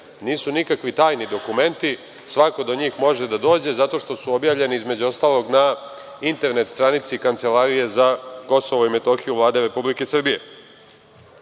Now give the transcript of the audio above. nisu nikakvi tajni dokumenti, svako do njih može da dođe zato što su objavljeni između ostalog na internet stranici Kancelarije za Kosovo i Metohiju Vlade Republike Srbije. Zbog